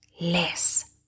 less